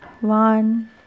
One